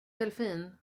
delfin